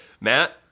Matt